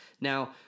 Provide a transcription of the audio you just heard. Now